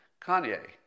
Kanye